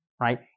right